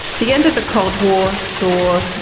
the end of the cold war saw,